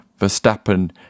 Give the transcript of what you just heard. Verstappen